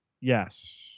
Yes